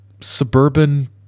suburban